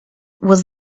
was